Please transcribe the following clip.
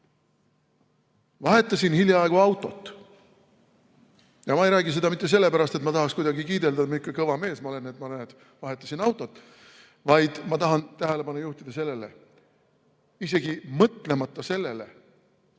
vahetasin hiljaaegu autot. Ja ma ei räägi seda mitte sellepärast, et ma tahaksin kuidagi kiidelda, kui kõva mees ma olen, et näed, ma vahetasin autot, vaid ma tahan tähelepanu juhtida sellele, et sellele